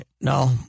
No